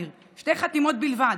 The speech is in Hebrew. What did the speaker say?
ניר: שתי חתימות בלבד.